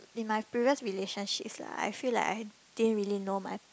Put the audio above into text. in my previous relationships like I feel like I didn't really know my